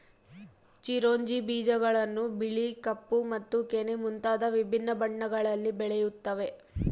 ಚಿರೊಂಜಿ ಬೀಜಗಳನ್ನು ಬಿಳಿ ಕಪ್ಪು ಮತ್ತು ಕೆನೆ ಮುಂತಾದ ವಿಭಿನ್ನ ಬಣ್ಣಗಳಲ್ಲಿ ಬೆಳೆಯುತ್ತವೆ